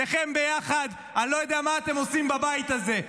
שניכם ביחד, אני לא יודע מה אתם עושים בבית הזה.